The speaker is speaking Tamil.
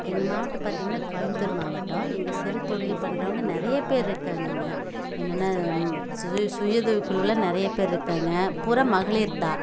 எங்கள் மாவட்டம் பார்த்தீங்கன்னா கோயமுபுத்தூர் மாவட்டம் இங்கே சிறுத்தொழில் பண்ணுறவுங்க நிறைய பேர்ருக்காங்கங்க என்னென்னா சுத சுய உதவிக்குழுவில் நிறைய பேர்ருக்காங்க புரா மகளிர் தான்